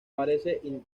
parece